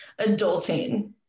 adulting